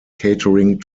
catering